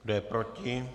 Kdo je proti?